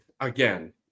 again